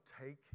take